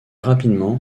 rapidement